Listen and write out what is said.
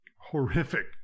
horrific